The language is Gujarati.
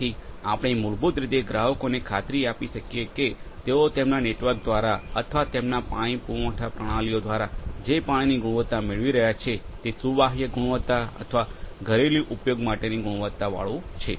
તેથી આપણે મૂળભૂત રીતે ગ્રાહકોને ખાતરી આપી શકીએ કે તેઓ તેમના વિતરણ નેટવર્ક દ્વારા અથવા તેમના પાણી પુરવઠા પ્રણાલીઓ દ્વારા જે પાણીની ગુણવત્તા મેળવી રહ્યા છે તે સુવાહ્યપોર્ટેબલ ગુણવત્તા અથવા ઘરેલુ ઉપયોગ માટેની ગુણવત્તાવાળુ છે